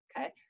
okay